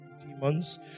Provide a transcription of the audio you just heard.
demons